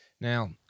Now